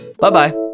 bye-bye